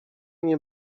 nie